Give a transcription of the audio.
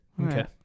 Okay